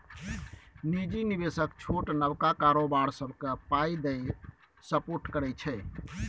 निजी निबेशक छोट नबका कारोबार सबकेँ पाइ दए सपोर्ट करै छै